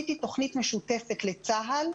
זו תוכנית משותפת לצה"ל,